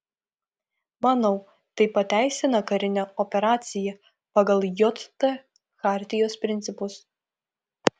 manau tai pateisina karinę operaciją pagal jt chartijos principus